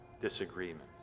disagreements